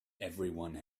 everyone